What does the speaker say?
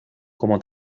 como